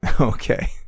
Okay